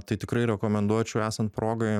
tai tikrai rekomenduočiau esant progai